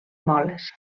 moles